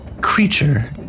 creature